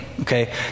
Okay